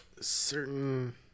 certain